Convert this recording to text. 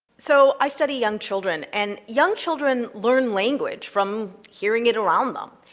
so i study young children, and young children learn language from hearing it around them.